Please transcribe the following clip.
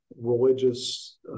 religious